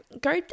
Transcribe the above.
go